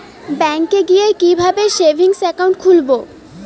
ব্যাঙ্কে গিয়ে কিভাবে সেভিংস একাউন্ট খুলব?